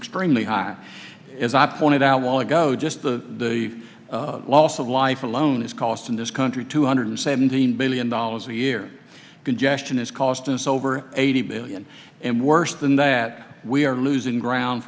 extremely high as i pointed out while ago just the loss of life alone is costing this country two hundred seventeen billion dollars a year congestion is costing us over eighty million and worse than that we are losing ground